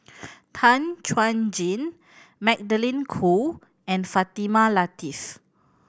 Tan Chuan Jin Magdalene Khoo and Fatimah Lateef